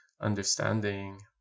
understanding